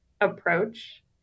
approach